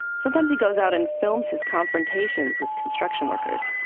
sometimes he goes out and films his confrontations with construction workers